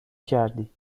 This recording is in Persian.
کردی